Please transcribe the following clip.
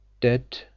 Dead